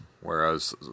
Whereas